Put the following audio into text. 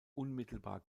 unmittelbar